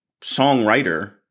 songwriter